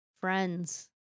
friends